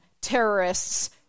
terrorists